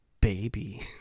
baby